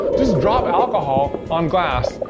just drop alcohol on glass.